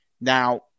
now